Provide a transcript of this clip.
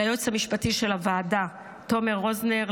ליועץ המשפטי של הוועדה תומר רוזנר,